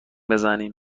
بزنیم